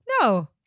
no